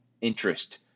interest